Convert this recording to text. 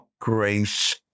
grace